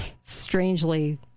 strangely